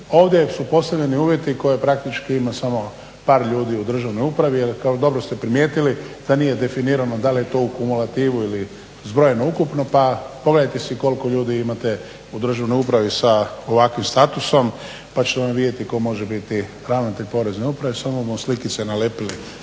ovdje su postavljeni uvjeti koje praktički ima samo par ljudi u državnoj upravi, jer dobro ste primijetili da nije definirano da li je to u kumulativu ili zbrojeno ukupno, pa pogledajte si koliko ljudi imate u državnoj upravi sa ovakvim statusom, pa ćete onda vidjeti ko može biti ravnatelj porezne uprave, samo budemo slikice nalijepili